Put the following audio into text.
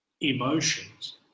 emotions